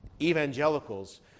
evangelicals